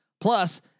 Plus